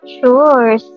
Sure